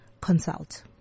consult